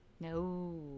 No